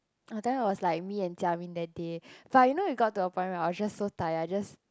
oh that was like me and Jia Min that day but you know you got to a point right I was just so tired I just